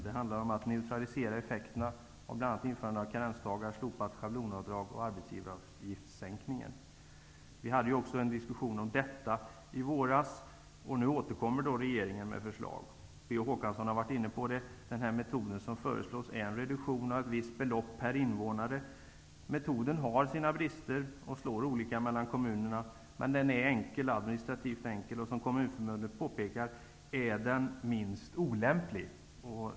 Det handlar om att neutralisera effekterna bl.a. av införandet av karensdagar, slopat schablonavdrag och sänkningen av arbetsgivaravgiften. Vi hade också en diskussion om detta i våras. Nu återkommer regeringen med förslag. Per Olof Håkansson har berört detta. Den metod som föreslås är en reduktion av ett visst belopp per invånare. Metoden har sina brister och den slår olika mellan kommunerna, men den är administrativt enkel. Som Kommunförbundet påpekar är metoden minst olämplig.